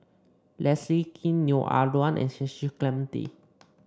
Leslie Kee Neo Ah Luan and Cecil Clementi